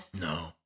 No